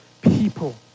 people